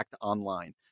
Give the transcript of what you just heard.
online